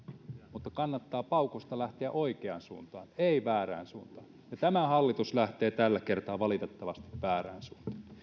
mutta kannattaa paukusta lähteä oikeaan suuntaan ei väärään suuntaan ja tämä hallitus lähtee tällä kertaa valitettavasti väärään suuntaan